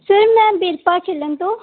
sir ਮੈਂ ਵੀਰਪਾਲ ਖਿਲਣ ਤੋਂ